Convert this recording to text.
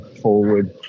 forward